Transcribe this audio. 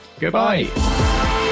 Goodbye